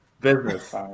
Business